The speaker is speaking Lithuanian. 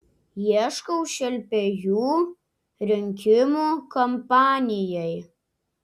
ieškau šelpėjų rinkimų kampanijai